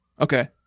Okay